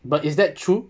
but is that true